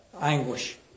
Anguish